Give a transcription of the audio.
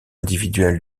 individuel